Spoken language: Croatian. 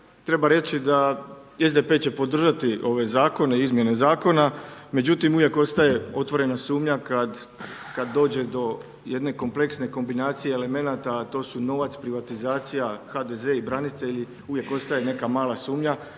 treba reći da SDP će podržati ove zakone, izmjene zakona. Međutim, uvijek ostaje otvorena sumnja kad dođe do jedne kompleksne kombinacije elemenata, a to su novac, privatizacija, HDZ i branitelji, uvijek ostaje neka mala sumnja,